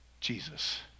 Jesus